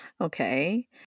Okay